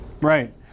Right